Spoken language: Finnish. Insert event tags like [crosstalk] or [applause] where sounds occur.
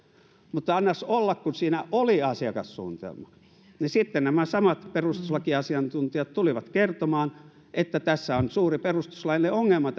mutta annas olla kun siinä oli asiakassuunnitelma niin sitten nämä samat perustuslakiasiantuntijat tulivat kertomaan että tässä tämän asiakassuunnitelman kanssa on suuri perustuslaillinen ongelma [unintelligible]